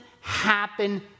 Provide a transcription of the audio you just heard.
happen